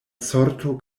sorto